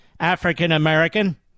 African-American